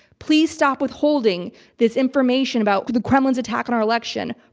please stop withholding this information about the kremlin's attack on our election.